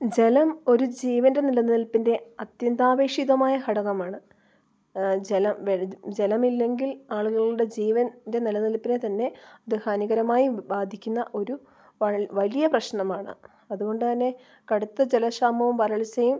ജലം ഒരു ജീവൻ്റെ നിലനിൽപ്പിൻ്റെ അത്യന്താപേക്ഷിതമായ ഘടകമാണ് ജലം ജലമില്ല എങ്കിൽ ആളുകളുടെ ജീവൻ്റെ നിലനിൽപ്പിനെ തന്നെ അത് ഹാനികരമായി ബാധിക്കുന്ന ഒരു വലിയ പ്രശ്നമാണ് അതുകൊണ്ട് തന്നെ കടുത്ത ജലക്ഷാമവും വരൾച്ചയും